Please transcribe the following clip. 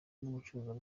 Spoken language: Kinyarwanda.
n’icuruzwa